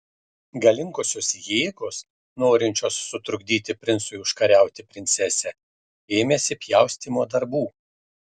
galingosios jėgos norinčios sutrukdyti princui užkariauti princesę ėmėsi pjaustymo darbų